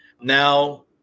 Now